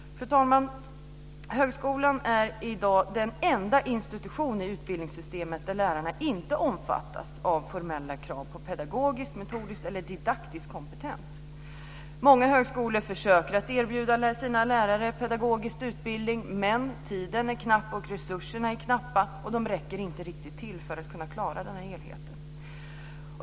Fru talman! Högskolan är i dag den enda institution i utbildningssystemet där lärarna inte omfattas av formella krav på pedagogisk, metodisk eller didaktisk kompetens. Många högskolor försöker att erbjuda sina lärare pedagogisk utbildning, men tiden är knapp och resurserna är knappa och räcker inte riktigt till för att klara denna helhet.